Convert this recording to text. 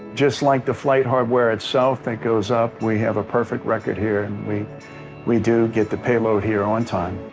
just like the flight hardware itself that goes up, we have a perfect record here. and we we do get the payload here on time.